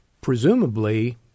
presumably